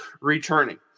returning